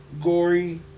gory